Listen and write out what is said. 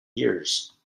years